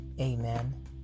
amen